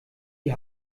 die